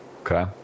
Okay